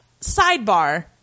sidebar